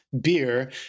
beer